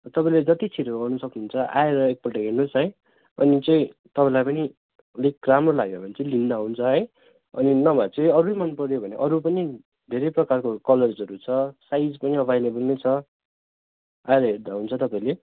तपाईँले जति छिटो गर्नु सक्नु हुन्छ आएर एक पल्ट हेर्नु होस् है अनि चाहिँ तपाईँलाई पनि अलिक राम्रो लाग्यो भने चाहिँ लिँदा हुन्छ है अनि नभए चाहिँ अरू मन पऱ्यो भने अरू पनि धेरै प्रकारको कलर्सहरू छ साइज पनि एभाइलेभल नै छ आएर हेर्दा हुन्छ तपाईँले